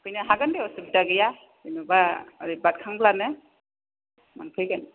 फैनो हागोन दे उसबिदा गैया जेनेबा एरै बारखांब्लानो मोनफैगोन